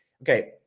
okay